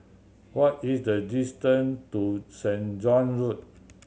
what is the distance to Saint John Road